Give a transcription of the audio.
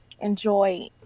enjoy